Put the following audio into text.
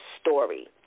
story